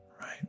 right